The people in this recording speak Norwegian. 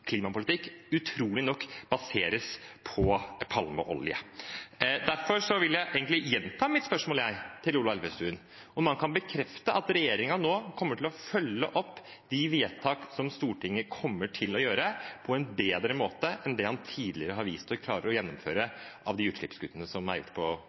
klimapolitikk utrolig nok baseres på palmeolje. Derfor vil jeg egentlig gjenta mitt spørsmål til Ola Elvestuen: Kan han bekrefte nå at regjeringen kommer til å følge opp de vedtak som Stortinget kommer til å gjøre, på en bedre måte enn det han tidligere har gjort, og klarer han å gjennomføre de vedtakene som er gjort